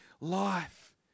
life